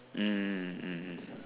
mm mm mm